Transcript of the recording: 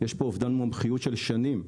יש פה אובדן מומחיות של שנים,